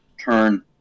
turn